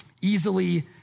easily